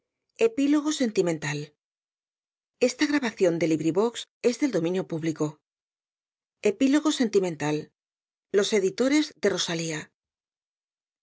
fin epílogo sentimental los editores de rosalía